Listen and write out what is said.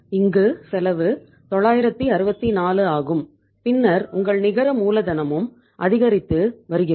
இங்கு செலவு 964 ஆகும் பின்னர் உங்கள் நிகர மூலதனமும் அதிகரித்து வருகிறது